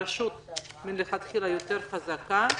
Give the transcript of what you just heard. הרשות מלכתחילה חזקה יותר.